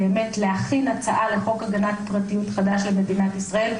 להכין הצעה לחוק הגנת הפרטיות חדש למדינת ישראל,